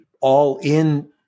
all-in